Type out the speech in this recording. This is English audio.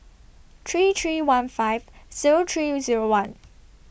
three three one five Zero three Zero one